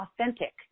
authentic